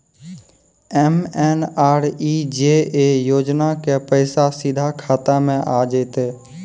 MNREGA योजना के पैसा सीधा खाता मे आ जाते?